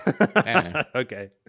Okay